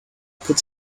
could